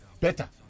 better